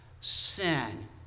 Sin